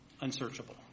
unsearchable